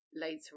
later